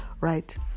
right